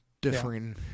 differing